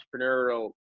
entrepreneurial